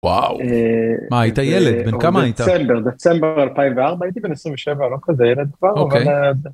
וואו מה הייתה ילד? בן כמה היית? דצמבר, דצמבר 2004, הייתי בן 27 לא כזה ילד כבר. אוקיי. אבל...